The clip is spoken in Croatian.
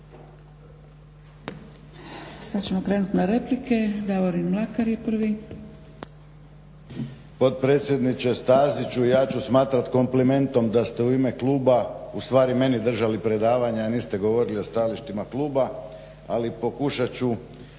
Sada ćemo krenuti na replike. Davorin Mlakar je prvi. **Mlakar, Davorin (HDZ)** Potpredsjedniče Staziću ja ću smatrati komplimentom da ste u ime kluba ustvari meni držali predavanje a niste govorili o stajalištima kluba ali pokušat ću